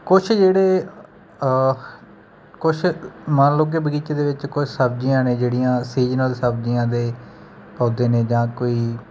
ਕੁਛ ਜਿਹੜੇ ਕੁਛ ਮੰਨ ਲਓ ਕਿ ਬਗੀਚੇ ਦੇ ਵਿੱਚ ਕੋਈ ਸਬਜ਼ੀਆਂ ਨੇ ਜਿਹੜੀਆਂ ਸੀਜ਼ਨਲ ਸਬਜ਼ੀਆਂ ਦੇ ਪੌਦੇ ਨੇ ਜਾਂ ਕੋਈ